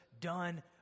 done